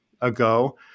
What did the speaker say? ago